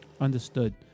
Understood